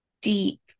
deep